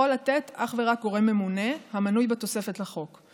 לתת אך ורק גורם ממונה המנוי בתוספת לחוק.